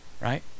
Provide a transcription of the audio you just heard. Right